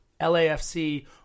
LAFC